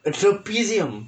a trapezium